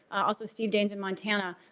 also steve daines in montana,